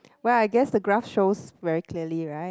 well I guess the graph shows very clearly right